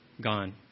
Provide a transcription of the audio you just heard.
gone